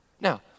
Now